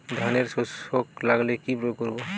ধানের শোষক লাগলে কি প্রয়োগ করব?